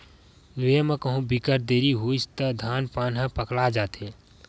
लूए म कहु बिकट देरी होइस त धान पान ह पकला जाथे